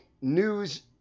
news